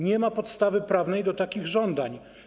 Nie ma podstawy prawnej do takich żądań.